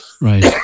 Right